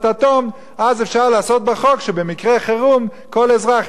אז אפשר לעשות בחוק שבמקרה חירום כל אזרח יהיה חייב להתגייס.